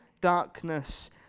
darkness